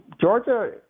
Georgia